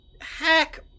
hack